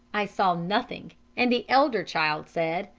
i saw nothing, and the elder child said,